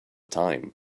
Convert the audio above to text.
time